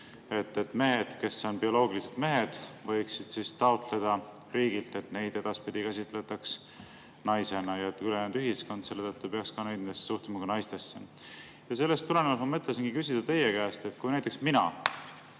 Mehed, kes on bioloogiliselt mehed, võiksid taotleda riigilt, et neid edaspidi käsitletaks naisena, ja ülejäänud ühiskond selle tõttu peaks ka nendesse suhtuma kui naistesse. Sellest tulenevalt ma mõtlesingi küsida teie käest, et kui näiteks mina